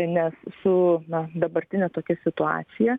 nes su dabartine tokia situacija